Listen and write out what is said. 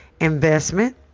investment